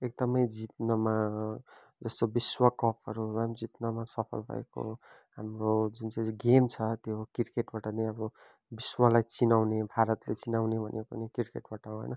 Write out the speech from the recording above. एकदमै जित्नमा जसो विश्वकपहरूमा पनि जित्नमा नि सफल भएको हाम्रो जुन चाहिँ गेम छ त्यो क्रिकेटबाट नै अब विश्वलाई चिनाउने भारतलाई चिनाउने भनेको नै क्रिकेटबाट हो होइन